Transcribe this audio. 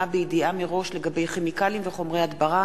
בידיעה מראש לגבי כימיקלים וחומרי הדברה